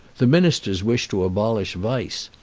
the ministers wish to abolish vice,